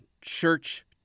church